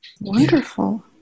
Wonderful